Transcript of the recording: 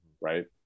Right